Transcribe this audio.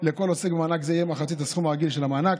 לכל עוסק במענק זה יהיה מחצית מהסכום הרגיל של המענק.